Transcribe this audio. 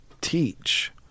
teach